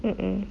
mm mm